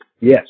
Yes